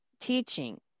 teaching